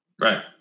Right